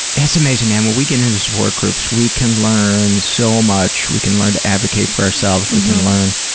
it's amazing, man, when we get into support groups, we can learn so much. we can learn to advocate for ourselves. we can learn,